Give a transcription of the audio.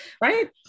Right